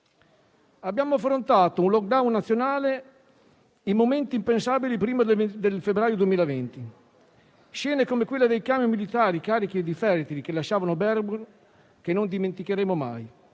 Abbiamo affrontato un *lockdown* nazionale e momenti impensabili prima del febbraio 2020, scene come quella dei camion militari carichi di feretri che lasciavano Bergamo, che non dimenticheremo mai.